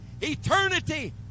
Eternity